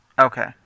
Okay